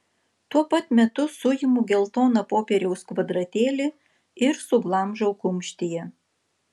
tuo pat metu suimu geltoną popieriaus kvadratėlį ir suglamžau kumštyje